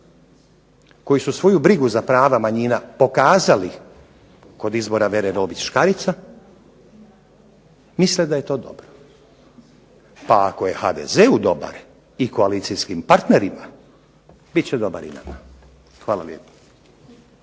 koji su svoju brigu za prva manjina pokazali kod izbora VEre Robić Škarica, misle da je to dobro. Pa ako je HDZ-u dobar i koalicijskim partnerima bit će dobar i nama. Hvala lijepo.